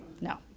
No